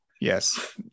Yes